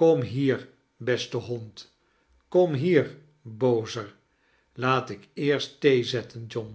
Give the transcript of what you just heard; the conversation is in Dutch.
kom hrier beste hond kom hder bozar laait ik eerst thee zetten john